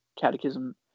catechism